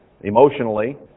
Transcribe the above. emotionally